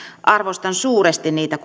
arvostan suuresti niitä